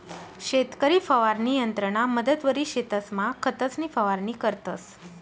शेतकरी फवारणी यंत्रना मदतवरी शेतसमा खतंसनी फवारणी करतंस